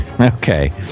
Okay